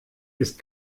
ist